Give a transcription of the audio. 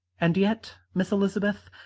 and yet, miss elizabeth,